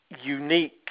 unique